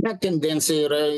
bet tendencija yra